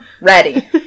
ready